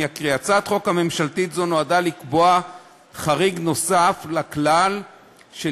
אני אקריא: הצעת חוק ממשלתית זו נועדה לקבוע חריג נוסף לכלל של